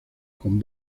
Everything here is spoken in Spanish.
con